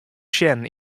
sjen